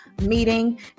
Meeting